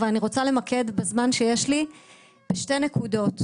אבל בזמן שיש לי אני רוצה